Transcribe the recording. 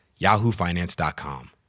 yahoofinance.com